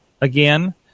again